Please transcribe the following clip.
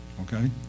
Okay